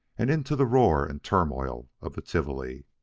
and into the roar and turmoil of the tivoli.